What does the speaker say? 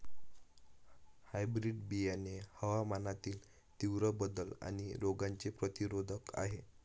hybrid बियाणे हवामानातील तीव्र बदल आणि रोगांचे प्रतिरोधक आहे